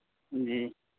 جی